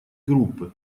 группы